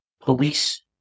police